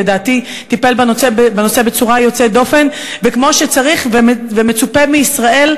לדעתי הוא טיפל בנושא בצורה יוצאת דופן וכמו שצריך ומצופה מישראל,